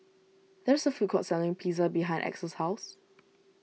there is a food court selling Pizza behind Axel's house